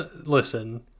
Listen